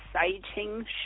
exciting